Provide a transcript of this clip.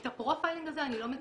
את הפרופיילינג הזה אני לא מכירה,